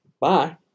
Bye